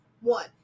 one